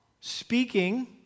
Speaking